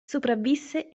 sopravvisse